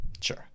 Sure